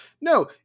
No